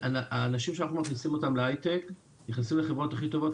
האנשים שאנחנו מכניסים אותם להייטק נכנסים לחברות הכי טובות,